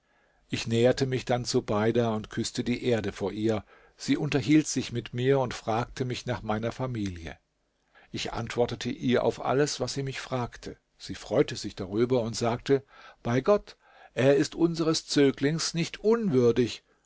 ich näherte mich dann zubeida und küßte die erde vor ihr sie unterhielt sich mit mir und fragte mich nach meiner familie ich antwortete ihr auf alles was sie mich fragte sie freute sich darüber und sagte bei gott er ist unseres zöglings nicht unwürdig